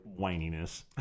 whininess